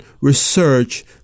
research